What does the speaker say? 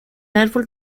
árbol